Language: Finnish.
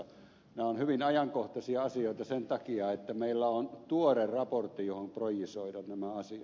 nämä ovat hyvin ajankohtaisia asioita sen takia että meillä on tuore raportti johon projisoida nämä asiat